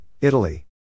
Italy